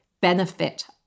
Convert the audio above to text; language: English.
benefit